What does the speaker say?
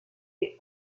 des